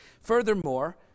Furthermore